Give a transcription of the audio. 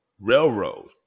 railroad